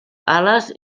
ales